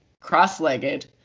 cross-legged